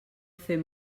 fer